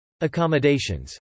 Accommodations